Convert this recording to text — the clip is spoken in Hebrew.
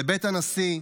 לבית הנשיא,